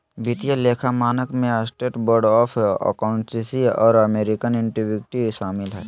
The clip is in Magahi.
वित्तीय लेखा मानक में स्टेट बोर्ड ऑफ अकाउंटेंसी और अमेरिकन इंस्टीट्यूट शामिल हइ